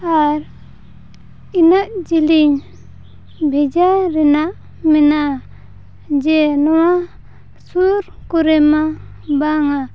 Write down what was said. ᱟᱨ ᱤᱱᱟᱹᱜ ᱡᱤᱞᱤᱝ ᱵᱷᱮᱡᱟ ᱨᱮᱱᱟᱜ ᱢᱮᱱᱟᱜᱼᱟ ᱡᱮ ᱱᱚᱣᱟ ᱥᱩᱨ ᱠᱚᱨᱮᱢᱟ ᱵᱟᱝᱟ